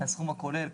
זה הסכום הכולל.